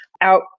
out